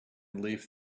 leafed